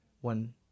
one